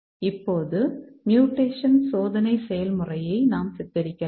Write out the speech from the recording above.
இப்போது மியூடேஷன் சோதனை செயல்முறையை நாம் சித்தரிக்கலாம்